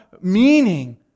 meaning